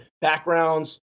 backgrounds